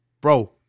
Bro